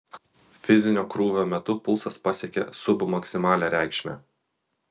fizinio krūvio metu pulsas pasiekė submaksimalią reikšmę